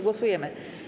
Głosujemy.